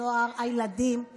הנוער, הילדים, דבי,